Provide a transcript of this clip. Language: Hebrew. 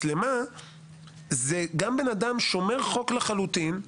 מצלמה זה גם בן אדם שומר חוק לחלוטין,